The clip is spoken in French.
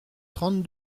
trente